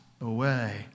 away